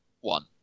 one